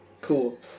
Cool